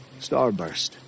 Starburst